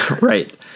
Right